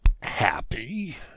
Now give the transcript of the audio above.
happy